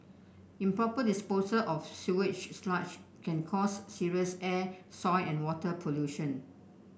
improper disposal of sewage sludge can cause serious air soil and water pollution